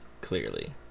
clearly